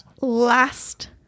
last